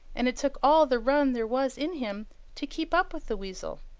and it took all the run there was in him to keep up with the weasel.